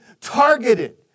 targeted